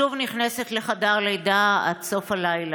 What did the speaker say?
שוב נכנסת לחדר לידה עד סוף הלילה.